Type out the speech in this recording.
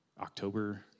October